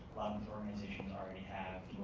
organizations already have,